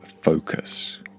focus